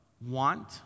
Want